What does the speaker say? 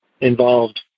involved